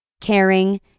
caring